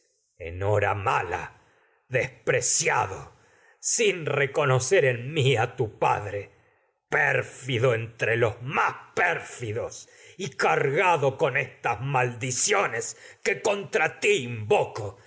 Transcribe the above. pues enhora mala despreciado sin reconocer en mí a tu fido entre padre pér los más pérfidos y cargado con estas maldi ciones que contra ti invoco